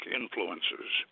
influences